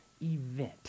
event